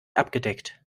abgedeckt